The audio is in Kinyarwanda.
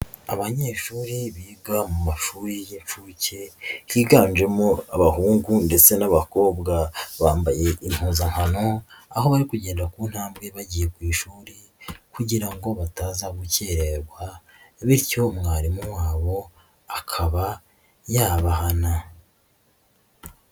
Abanyeshuri biga mu mashuri y'inshuke higanjemo abahungu ndetse n'abakobwa, bambaye impuzankano aho bari kugenda ku ntambwe bagiye ku ishuri kugira ngo bataza gukerererwa bityo mwarimu wabo akaba yabahana.